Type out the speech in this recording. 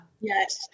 Yes